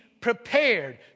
prepared